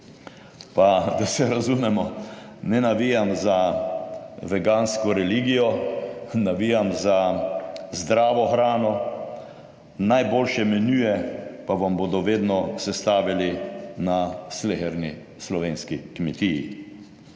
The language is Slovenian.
pa da se razumemo, ne navijam za vegansko religijo, navijam za zdravo hrano. Najboljše menuje pa vam bodo vedno sestavili na sleherni slovenski kmetiji.